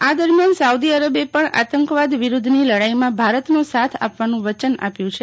આ દરમિયાન સાઉદી અરબે પણ આતંકવાદ વિરુદ્ધની લડાઈમાં ભારતનો સાથ આપવાનું વચન આપ્યું છે